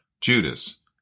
Judas